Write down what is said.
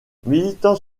militant